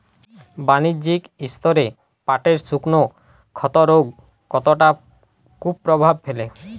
বাণিজ্যিক স্তরে পাটের শুকনো ক্ষতরোগ কতটা কুপ্রভাব ফেলে?